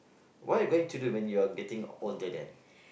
what are you going to do when you're getting older then